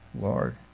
Lord